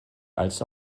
als